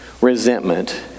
resentment